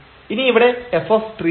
ഇനി ഇവിടെ f ഉണ്ട്